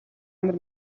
ямар